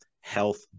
health